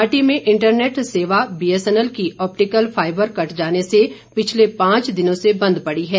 घाटी में इंटरनेट सेवा बीएसएनएल की ऑप्टिकल फाइबर कट जाने से पिछले पांच दिनों से बंद पड़ी है